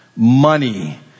Money